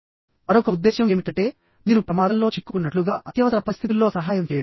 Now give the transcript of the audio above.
మరొక ఉద్దేశ్యం ఏమిటంటే మీరు ప్రమాదంలో చిక్కుకున్నట్లుగా అత్యవసర పరిస్థితుల్లో సహాయం చేయడం